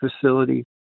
facility